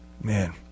Man